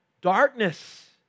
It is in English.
Darkness